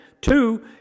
two